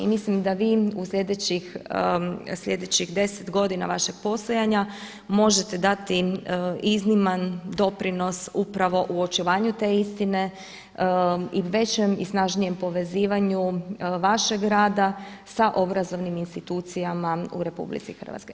I mislim da vi u slijedećih 10 godina vašeg postojanja možete dati izniman doprinos upravo u očuvanju te istine i većem i snažnijem povezivanju vašeg rada sa obrazovnim institucijama u RH.